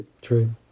true